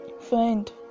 friend